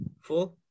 Four